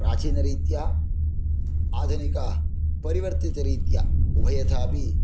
प्राचीनरीत्या आधुनिकपरिवर्तितरीत्या उभयथापि